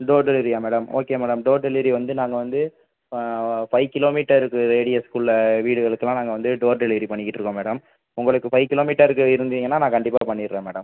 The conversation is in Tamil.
டோர் டெலிவெரியாக madam okay madam door delivery வந்து நாங்கள் வந்து ஃப ஃபைவ் கிலோமீட்டருக்கு ரேடியஸுக்குள்ள வீடுகளுக்கெல்லாம் நாங்கள் வந்து டோர் டெலிவெரி பண்ணிக்கிட்டு இருக்கோம் மேடம் உங்களுக்கு ஃபைவ் கிலோமீட்டருக்கு இருந்தீங்கன்னா நான் கண்டிப்பாக பண்ணிடுறேன் மேடம்